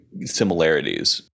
similarities